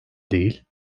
değil